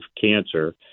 cancer